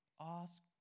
Ask